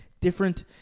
different